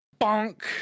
bonk